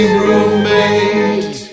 roommate